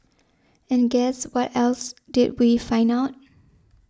and guess what else did we find out